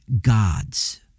gods